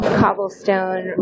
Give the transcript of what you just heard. cobblestone